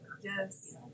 Yes